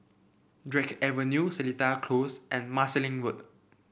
Drake Avenue Seletar Close and Marsiling Road